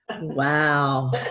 wow